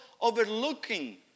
overlooking